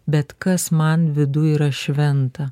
bet kas man vidui yra šventa